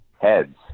Heads